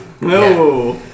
No